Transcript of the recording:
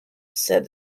said